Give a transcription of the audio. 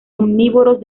omnívoros